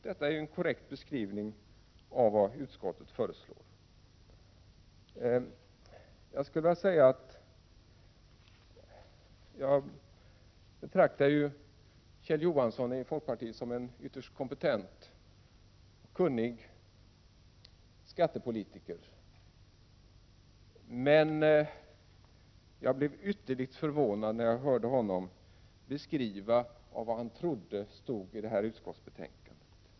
Detta är en korrekt beskrivning av vad utskottet föreslår. Jag betraktar Kjell Johansson från folkpartiet som en ytterst kompetent och kunnig skattepolitiker. Men jag blev ytterligt förvånad när jag hörde honom beskriva vad han trodde att det stod i utskottsbetänkandet.